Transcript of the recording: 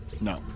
No